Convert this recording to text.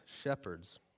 shepherds